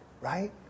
right